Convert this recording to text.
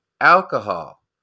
alcohol